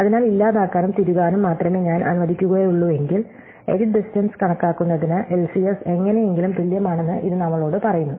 അതിനാൽ ഇല്ലാതാക്കാനും തിരുകാനും മാത്രമേ ഞാൻ അനുവദിക്കുകയുള്ളൂവെങ്കിൽ എഡിറ്റ് ഡിസ്റ്റ്ടെൻസ് കണക്കാക്കുന്നതിന് എൽസിഎസ് എങ്ങനെയെങ്കിലും തുല്യമാണെന്ന് ഇത് നമ്മളോട് പറയുന്നു